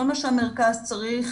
כל מה שהמרכז צריך,